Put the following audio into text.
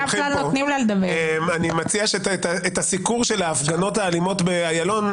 אני מציע שאת הסיקור של ההפגנות האלימות באיילון,